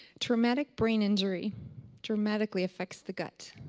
traumatic brain injury dramatically affects the gut.